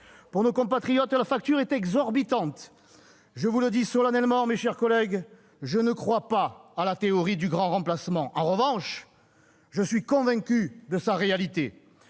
Pour nos compatriotes, la facture est exorbitante. Je vous le dis solennellement, mes chers collègues, je ne crois pas à la théorie du grand remplacement. En revanche, je suis convaincu de sa réalité.